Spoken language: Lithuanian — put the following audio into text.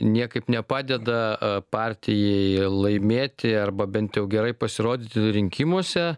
niekaip nepadeda a partijai laimėti arba bent jau gerai pasirodyti rinkimuose